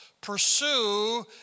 pursue